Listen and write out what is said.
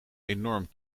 enorm